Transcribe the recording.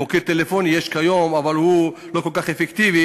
מוקד טלפוני יש כיום, אבל הוא לא כל כך אפקטיבי.